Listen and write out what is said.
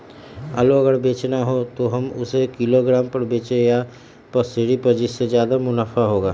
आलू अगर बेचना हो तो हम उससे किलोग्राम पर बचेंगे या पसेरी पर जिससे ज्यादा मुनाफा होगा?